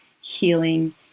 healing